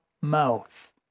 mouth